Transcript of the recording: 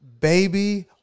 Baby